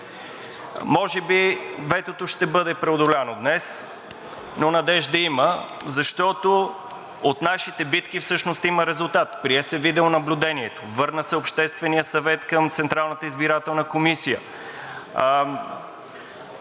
Може би ветото ще бъде преодоляно днес, но надежда има, защото от нашите битки всъщност има резултат. Прие се видеонаблюдението, върна се Общественият съвет към Централната избирателна комисия,